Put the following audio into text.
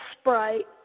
Sprite